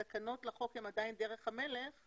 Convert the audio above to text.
התקנות לחוק הן עדיין דרך המלך.